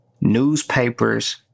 Newspapers